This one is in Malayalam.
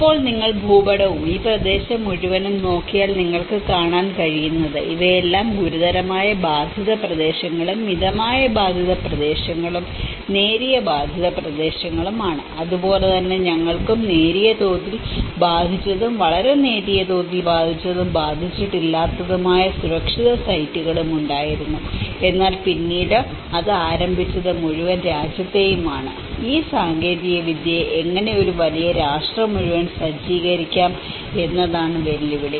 ഇപ്പോൾ നിങ്ങൾ ഭൂപടവും ഈ പ്രദേശം മുഴുവനും നോക്കിയാൽ നിങ്ങൾക്ക് കാണാൻ കഴിയുന്നത് ഇവയെല്ലാം ഗുരുതരമായ ബാധിത പ്രദേശങ്ങളും മിതമായ ബാധിത പ്രദേശങ്ങളും നേരിയ ബാധിത പ്രദേശങ്ങളുമാണ് അതുപോലെ തന്നെ ഞങ്ങൾക്കും നേരിയ തോതിൽ ബാധിച്ചതും വളരെ നേരിയ തോതിൽ ബാധിച്ചതും ബാധിച്ചിട്ടില്ലാത്ത സുരക്ഷിതമായ സൈറ്റുകളും ഉണ്ടായിരുന്നു എന്നാൽ പിന്നീട് അത് ആരംഭിച്ചത് മുഴുവൻ രാജ്യത്തേയും ആണ് ഈ സാങ്കേതികവിദ്യയെ എങ്ങനെ ഒരു വലിയ രാഷ്ട്രം മുഴുവൻ സജ്ജീകരിക്കാം എന്നതാണ് വെല്ലുവിളി